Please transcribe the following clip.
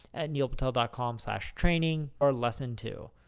at neilpatel dot com slash training or lesson two.